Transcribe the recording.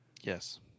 Yes